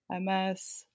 MS